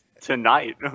tonight